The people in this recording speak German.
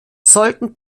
sollten